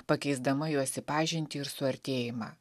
pakeisdama juos į pažintį ir suartėjimą